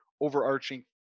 overarching